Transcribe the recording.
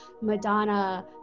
Madonna